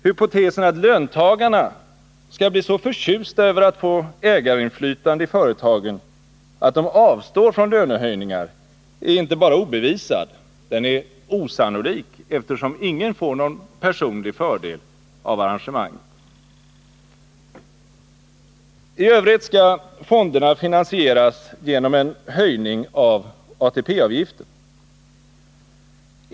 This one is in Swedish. Hypotesen att löntagarna skall bli så förtjusta över att få ägarinflytande i företagen att de avstår från lönehöjningar är inte bara obevisad — den är osannolik, eftersom ingen får någon personlig fördel av arrangemanget. Tövrigt skall fonderna finansieras genom en höjning av ATP-avgiften.